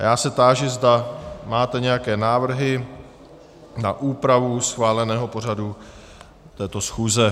Táži se, zda máte nějaké návrhy na úpravu schváleného pořadu této schůze.